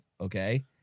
okay